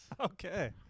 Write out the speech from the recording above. Okay